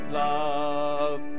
love